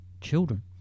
children